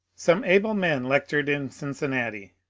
some able men lectured in cincinnati.